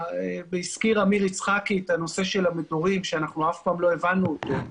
והזכיר עמיר יצחקי את הנושא של המדורים שאף פעם לא הבנו אותו,